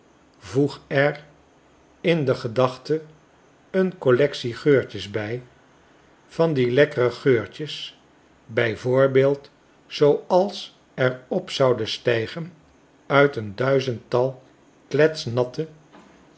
voeg er in de gedachte een collectie geurtjes bij van die lekkere geurtjes bij voorbeeld zooals er op zouden stijgen uit eenduizendtalkletsnatte